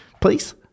please